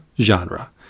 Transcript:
genre